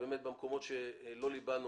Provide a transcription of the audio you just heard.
ובאמת במקומות שלא ליבנו,